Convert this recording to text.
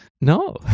No